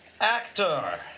actor